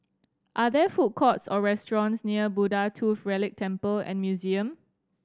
are there food courts or restaurants near Buddha Tooth Relic Temple and Museum